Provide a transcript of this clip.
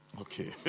Okay